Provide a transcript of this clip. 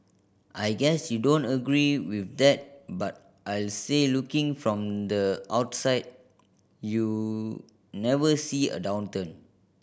I guess you don't agree with that but I'll say looking from the outside you never see a downturn